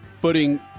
putting